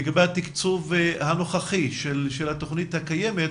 לגבי התקצוב הנוכחי של התוכנית הקיימת.